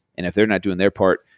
and if they're not doing their part,